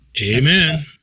Amen